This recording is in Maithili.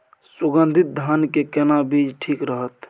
सुगन्धित धान के केना बीज ठीक रहत?